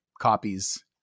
copies